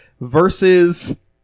versus